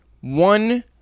One